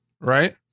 right